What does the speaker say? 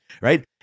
right